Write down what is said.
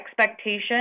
expectation